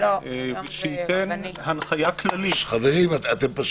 ונבקש שיתחשב בדברים הללו